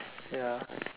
ya